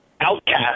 outcast